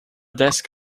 desk